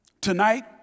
tonight